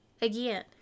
again